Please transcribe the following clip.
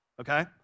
okay